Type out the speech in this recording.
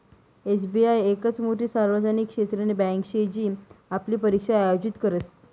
SBI येकच मोठी सार्वजनिक क्षेत्रनी बँके शे जी आपली परीक्षा आयोजित करस